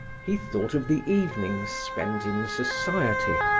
he thought of the evenings spent in society,